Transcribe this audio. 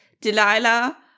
Delilah